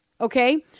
Okay